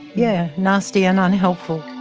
yeah, nasty and unhelpful.